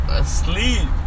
asleep